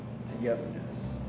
togetherness